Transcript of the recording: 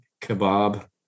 kebab